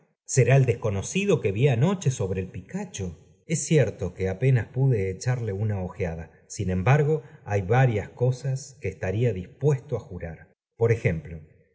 será el desconocido que vi anoche sobre el picacho es cierto que apenas pude echarle una ojeada sin embargo hay varias cosas que estaría dispuesto á jurar por ejemplo